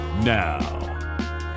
Now